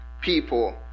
people